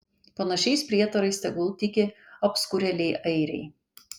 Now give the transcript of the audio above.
panašiais prietarais tegul tiki apskurėliai airiai